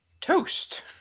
toast